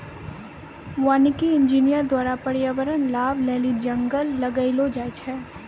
वानिकी इंजीनियर द्वारा प्रर्यावरण लाभ लेली जंगल लगैलो जाय छै